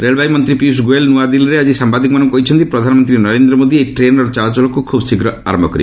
ରେଳବାଇ ମନ୍ତ୍ରୀ ପିୟୁଷ ଗୋଏଲ ନୂଆଦିଲ୍ଲୀ ଆଜି ସମ୍ଭାଦିକମାନଙ୍କୁ କହିଛନ୍ତି ପ୍ରଧାନମନ୍ତ୍ରୀ ନରେନ୍ଦ୍ର ମୋଦି ଏହି ଟ୍ରେନ୍ର ଚଳାଚଳକୁ ଖୁବ୍ ଶୀଘ୍ର ଶୁଭାରମ୍ଭ କରିବେ